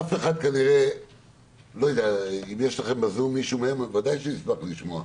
אם יש מישהו מהם בזום נשמח לשמוע.